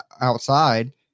outside